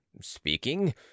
speaking